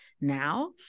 now